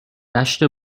دشت